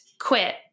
quit